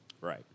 Right